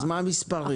והמספרים?